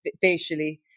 facially